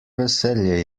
veselje